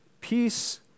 Peace